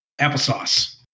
applesauce